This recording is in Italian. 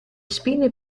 spine